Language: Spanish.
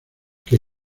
que